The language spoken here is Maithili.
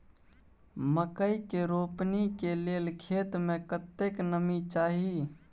मकई के रोपनी के लेल खेत मे कतेक नमी चाही?